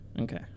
Okay